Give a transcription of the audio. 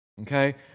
Okay